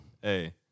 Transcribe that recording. Hey